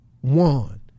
one